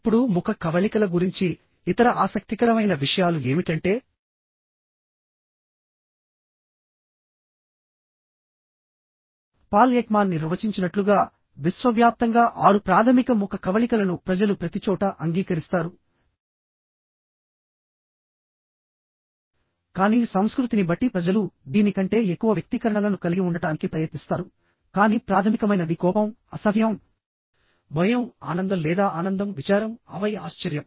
ఇప్పుడు ముఖ కవళికల గురించి ఇతర ఆసక్తికరమైన విషయాలు ఏమిటంటే పాల్ ఎక్మాన్ ని ర్వచించినట్లుగా విశ్వవ్యాప్తంగా ఆరు ప్రాథమిక ముఖ కవళికలను ప్రజలు ప్రతిచోటా అంగీకరిస్తారు కానీ సంస్కృతిని బట్టి ప్రజలు దీని కంటే ఎక్కువ వ్యక్తీకరణలను కలిగి ఉండటానికి ప్రయత్నిస్తారు కానీ ప్రాథమికమైనవి కోపం అసహ్యం భయం ఆనందం లేదా ఆనందం విచారం ఆపై ఆశ్చర్యం